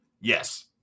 Yes